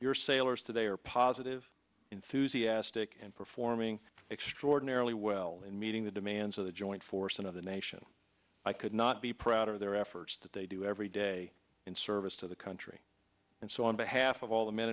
your sailors today are positive enthusiastic and performing extraordinarily well in meeting the demands of the joint force and of the nation i could not be prouder of their efforts that they do every day in service to the country and so on behalf of all the men